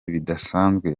bidasanzwe